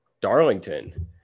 Darlington